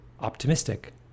optimistic